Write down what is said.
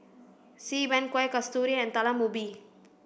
Xi Ban Kueh Kasturi and Talam Ubi